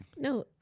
No